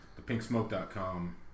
ThePinkSmoke.com